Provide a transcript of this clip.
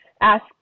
ask